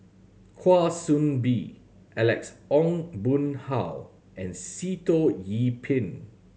Kwa Soon Bee Alex Ong Boon Hau and Sitoh Yih Pin